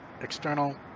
external